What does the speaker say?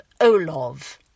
Olov